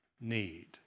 need